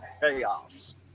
chaos